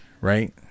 right